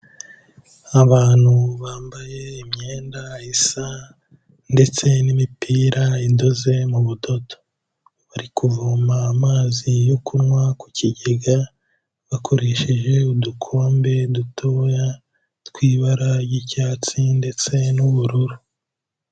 Abantu bambaye imyenda isa ndetse n'imipira idoze mu budodo, bari kuvoma amazi yo kunywa ku kigega bakoresheje udukombe dutoya tw'ibara ry'icyatsi ndetse n'ubururu.